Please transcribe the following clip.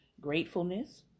gratefulness